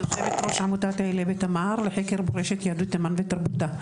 יושבת ראש עמותת אעלה בתמר לחקר מורשת יהדות תימן ותרבותה.